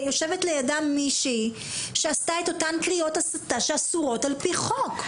יושבת לידה מישהי שעשתה את אותן קריאות הסתה שאסורות על פי חוק.